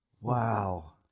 Wow